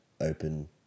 open